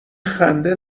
خنده